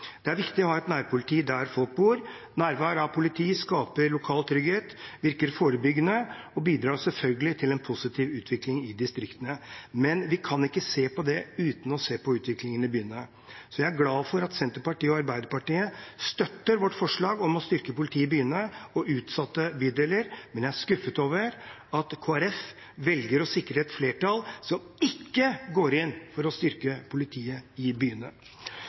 Det er viktig å ha et nærpoliti der folk bor. Nærvær av politi skaper lokal trygghet, virker forebyggende og bidrar selvfølgelig til en positiv utvikling i distriktene. Men vi kan ikke se på det uten å se på utviklingen i byene. Så jeg er glad for at Senterpartiet og Arbeiderpartiet støtter vårt forslag om å styrke politiet i byene og i utsatte bydeler, men jeg er skuffet over at Kristelig Folkeparti velger å sikre et flertall som ikke går inn for å styrke politiet i byene. Vi må ha et nærpoliti i byene